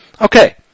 Okay